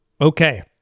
Okay